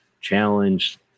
challenge